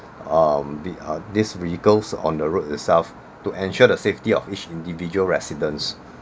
um the these vehicles on the road itself to ensure the safety of each individual residents